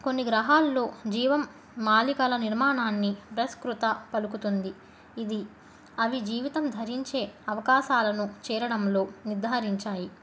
కొన్ని గ్రహాల్లో జీవం మాలికల నిర్మాణాన్ని బస్కృత పలుకుతుంది ఇది అవి జీవితం ధరించే అవకాశాలను చేరడంలో నిర్ధారించాయి